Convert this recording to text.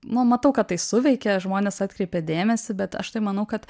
nu matau kad tai suveikė žmonės atkreipė dėmesį bet aš tai manau kad